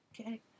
Okay